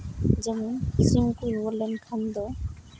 ᱡᱮᱢᱚᱱ ᱥᱤᱢ ᱠᱚ ᱨᱩᱣᱟᱹ ᱞᱮᱱᱠᱷᱟᱱ ᱫᱚ